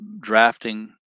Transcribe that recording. drafting